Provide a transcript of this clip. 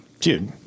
dude